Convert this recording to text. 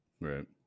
Right